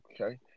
Okay